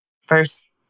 first